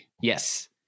Yes